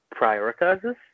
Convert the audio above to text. prioritizes